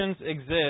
exist